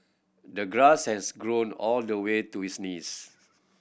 the grass has grown all the way to his knees